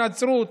הנוצרים,